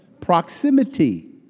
Proximity